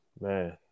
Man